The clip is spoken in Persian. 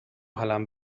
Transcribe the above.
حالم